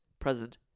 present